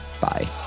Bye